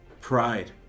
pride